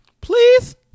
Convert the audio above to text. Please